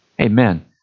Amen